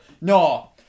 No